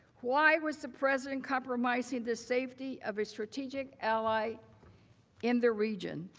why was the president compromising the safety of a strategic ally in the region?